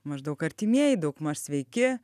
maždaug artimieji daugmaž sveiki